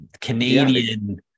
Canadian